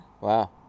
Wow